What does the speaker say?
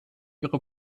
ihre